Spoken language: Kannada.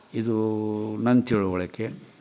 ಇದು ನನ್ನ ತಿಳುವಳಿಕೆ